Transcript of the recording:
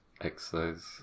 exercise